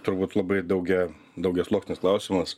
turbūt labai daugia daugiasluoksnis klausimas